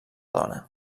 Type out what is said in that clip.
dona